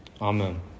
Amen